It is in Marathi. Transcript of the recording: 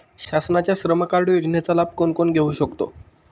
शासनाच्या श्रम कार्ड योजनेचा लाभ कोण कोण घेऊ शकतो?